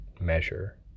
measure